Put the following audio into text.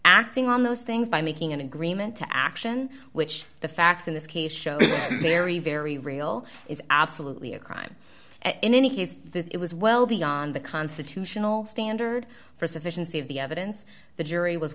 acting on those things by making an agreement to action which the facts in this case show very very real is absolutely a crime and in any case it was well beyond the constitutional standard for sufficiency of the evidence the jury was